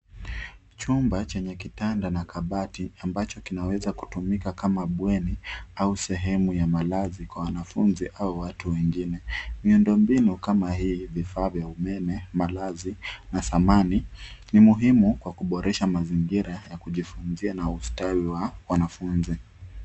Chumba chenye kitanda na kabati ambacho kinaweza kutumika kama bweni au sehemu ya malazi kwa wanafunzi au watu wengine. Miundo mbinu kama hii vifaa vya umeme, malazi na samani ni muhimu kwa kuboresha mazingira ya kujifunzia na ustawi wa wanafunzi.